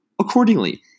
accordingly